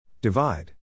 Divide